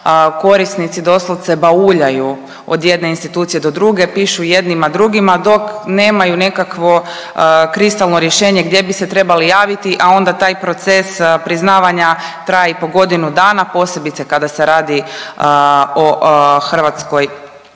Korisnici doslovce bauljaju od jedne institucije do druge, pišu jednima drugima dok nemaju nekakvo kristalno rješenje gdje bi se trebali javiti, a onda taj proces priznavanja traje i po godinu dana. Posebice kada se radi o hrvatskoj